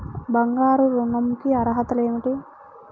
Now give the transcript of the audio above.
బంగారు ఋణం కి అర్హతలు ఏమిటీ?